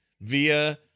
via